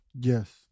Yes